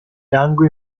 rango